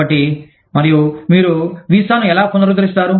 కాబట్టి మరియు మీరు వీసాను ఎలా పునరుద్ధరిస్తారు